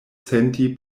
senti